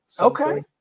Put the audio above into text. okay